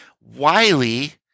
Wiley